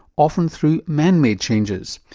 often through man made changes.